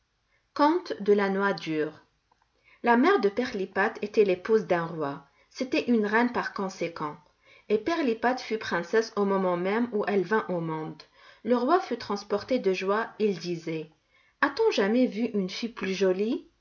conte de la noix dure la mère de pirlipat était l'épouse d'un roi c'était une reine par conséquent et pirlipat fut princesse au moment même où elle vint au monde le roi fut transporté de joie il disait a-t-on jamais vu une fille plus jolie